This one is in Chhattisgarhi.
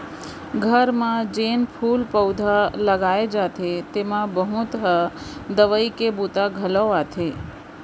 घर म जेन फूल पउधा लगाए जाथे तेमा बहुत ह दवई के बूता घलौ आथे